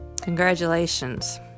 Congratulations